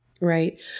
Right